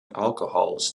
alcohols